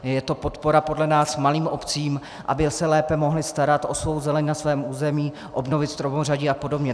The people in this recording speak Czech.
Je to podpora podle nás malým obcím, aby se lépe mohly starat o zeleň na svém území, obnovit stromořadí a podobně.